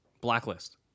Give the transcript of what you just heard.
Blacklist